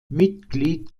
mitglied